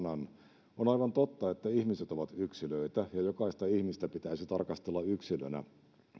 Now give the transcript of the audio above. sanoa muutaman sanan on aivan totta että ihmiset ovat yksilöitä ja jokaista ihmistä pitäisi tarkastella yksilönä